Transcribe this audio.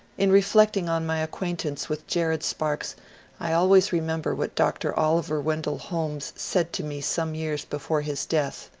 in reflecting on my acquaintance with jared sparks i always remember what dr. oliver wendell holmes said to me some years before his death,